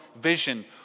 vision